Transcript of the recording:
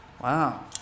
wow